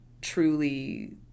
truly